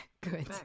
good